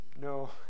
No